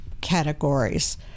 categories